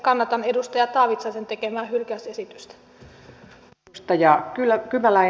kannatan edustaja taavitsaisen tekemää hylkäysesitystä